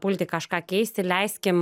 pulti kažką keisti leiskim